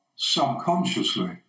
subconsciously